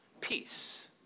peace